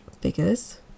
figures